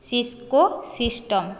cisco system